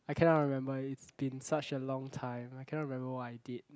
I cannot remember it's been such a long time I cannot remember what I did